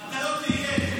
אתה לא תהיה.